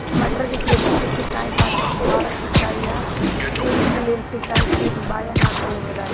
मटर के खेती के सिचाई खातिर फुहारा सिंचाई या स्प्रिंकलर सिंचाई ठीक बा या ना तनि बताई?